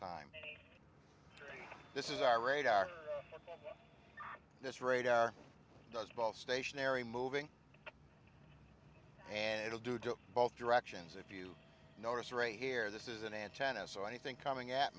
time this is our radar this radar does ball stationary moving and it was due to both directions if you notice right here this is an antenna so anything coming at